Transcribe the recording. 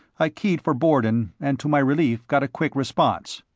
i keyed for bourdon, and to my relief got a quick response.